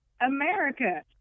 America